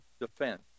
defense